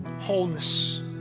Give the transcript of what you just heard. wholeness